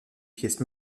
pièce